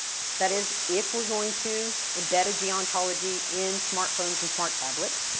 that is, if we're going to embed a gerontology in smart phones and smart tablets,